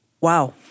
Wow